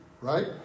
right